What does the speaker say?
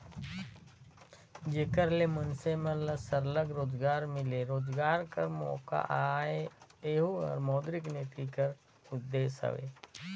जेकर ले मइनसे मन ल सरलग रोजगार मिले, रोजगार कर मोका आए एहू हर मौद्रिक नीति कर उदेस हवे